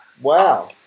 Wow